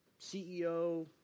CEO